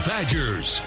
Badgers